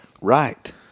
Right